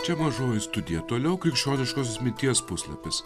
čia mažoji studija toliau krikščioniškosios minties puslapis